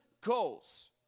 goals